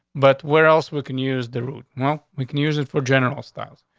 but where else we can use the route? no, we can use it for general styles.